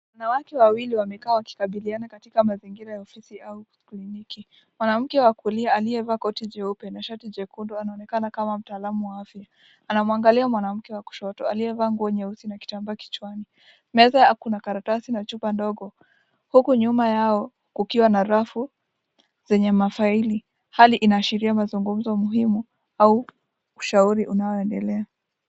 Kuna watu wawili wamekaa wakikabidhiana katika mazingira ya ofisi au kliniki. Mwanamke wa kulia aliyevaa koti jeupe na shati jekundu, anaonekana kama mtaalamu wa afya. Anamuangalia mwanamke wa kushoto, aliyevaa nguo nyeusi na kitambaa kichwani. Mezani kuna karatasi na chupa ndogo. Huku nyuma yao kukiwa na rafu zenye mafaili, hali inashiria mazungumzo muhimu, au ushauri unao endelea.